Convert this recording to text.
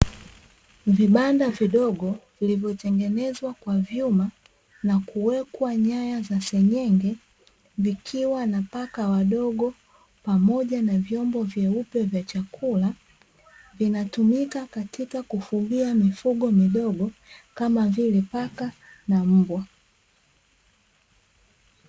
Vibanda vidogo vilivyotengenezwa kwa vyuma na kuwekwa nyaya za senyenge, vikiwa na paka wadogo pamoja na vyombo vyeupe vya chakula, vinatumika katika kufugia mifugo midogo kama vile paka na mbwa.